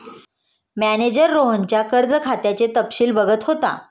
manager रोहनच्या कर्ज खात्याचे तपशील बघत होता